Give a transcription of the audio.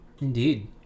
Indeed